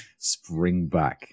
Springback